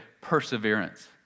perseverance